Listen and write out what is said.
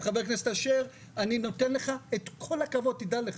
חבר הכנסת אשר, אני נותן לך את כל הכבוד, דע לך.